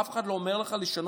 אף אחד לא אומר לך לשנות,